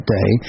Day